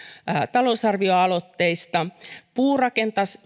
talousarvioaloitteistamme puurakentamiseen